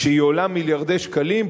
כשהיא עולה מיליארדי שקלים,